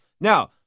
Now